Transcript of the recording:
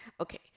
Okay